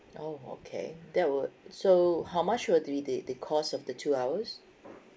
oh okay that would so how much would will they the cost of the two hours